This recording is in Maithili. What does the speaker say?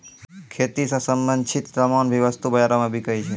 खेती स संबंछित सामान भी वस्तु बाजारो म बिकै छै